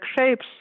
shapes